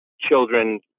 children